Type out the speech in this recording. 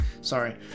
Sorry